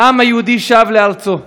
העם היהודי שב לארצו,